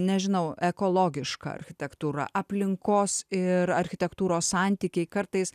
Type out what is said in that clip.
nežinau ekologiška architektūra aplinkos ir architektūros santykiai kartais